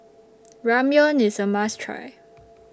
Ramyeon IS A must Try